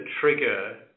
trigger